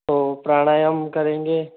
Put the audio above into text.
तो प्राणायाम करेंगे